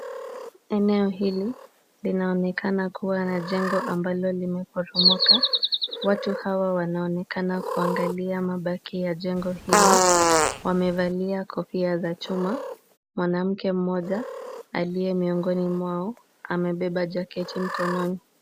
Eneo hili, linaonekana kuwa na jengo ambalo limeporomoka. Watu hawa wanaonekana kuangalia mabaki ya jengo hilo. Wamevalia kofia za chuma. Mwanamke mmoja aliye miongoni mwao amebeba jaketi mkononi.